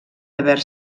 haver